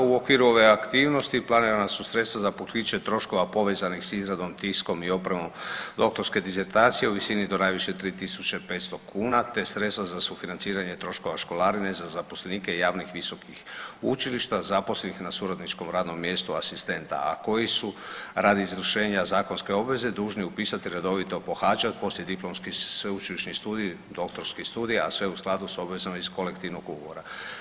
U okviru ove aktivnosti planirana su sredstva za pokriće troškova povezanih sa izradom, tiskom i opremom doktorske disertacije u visini do najviše 3500 kuna, te sredstva za sufinanciranje troškova školarine za zaposlenike javnih, visokih učilišta zaposlenih na suradničkom radnom mjestu asistenta a koji su radi izvršenja zakonske obveze dužni upisati, redovito pohađati poslije diplomski sveučilišni studij, doktorski studij, a sve u skladu sa obvezama iz kolektivnog ugovora.